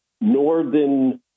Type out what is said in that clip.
Northern